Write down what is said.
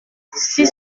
six